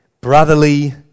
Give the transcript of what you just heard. brotherly